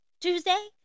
Tuesday